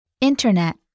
Internet